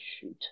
shoot